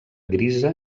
grisa